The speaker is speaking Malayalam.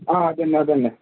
ആ അതുതന്നെ അതുതന്നെ